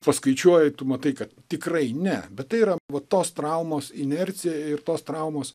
paskaičiuoji tu matai kad tikrai ne bet tai yra va tos traumos inercija ir tos traumos